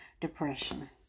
depression